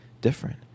different